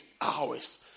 hours